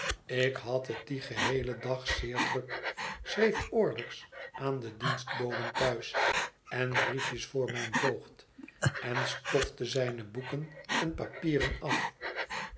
ik had het dien geheelen dag zeer druk schreef orders aan de dienstboden thuis en briefjes voor mijn voogd en stofte zijne boeken en papieren af